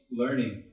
learning